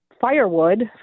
firewood